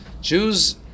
Jews